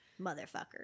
Motherfucker